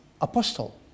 apostle